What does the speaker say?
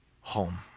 home